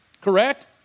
Correct